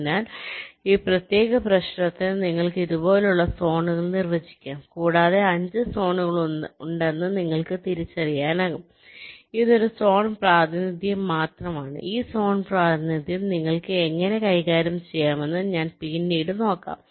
അതിനാൽ ഈ പ്രത്യേക പ്രശ്നത്തിന് നിങ്ങൾക്ക് ഇതുപോലുള്ള സോണുകൾ നിർവചിക്കാം കൂടാതെ 5 സോണുകൾ ഉണ്ടെന്ന് നിങ്ങൾക്ക് തിരിച്ചറിയാനാകും ഇതൊരു സോൺ പ്രാതിനിധ്യം മാത്രമാണ് ഈ സോൺ പ്രാതിനിധ്യം നിങ്ങൾക്ക് എങ്ങനെ കൈകാര്യം ചെയ്യാമെന്ന് ഞങ്ങൾ പിന്നീട് നോക്കാം